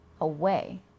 away